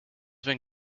been